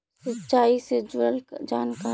सिंचाई से जुड़ल जानकारी?